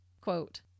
quote